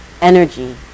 energy